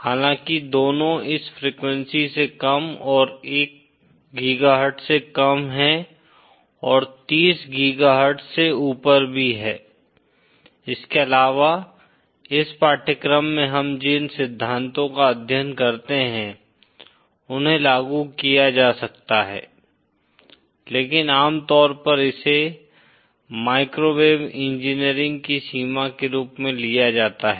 हालांकि दोनों इस फ्रीक्वेंसी से कम और 1 गीगाहर्ट्ज से कम है और 30 गीगाहर्ट्ज से ऊपर भी है इसके अलावा इस पाठ्यक्रम में हम जिन सिद्धांतों का अध्ययन करते हैं उन्हें लागू किया जा सकता है लेकिन आमतौर पर इसे माइक्रोवेव इंजीनियरिंग की सीमा के रूप में लिया जाता है